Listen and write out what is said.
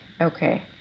Okay